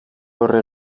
aurre